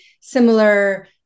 similar